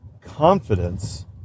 confidence